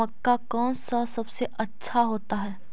मक्का कौन सा सबसे अच्छा होता है?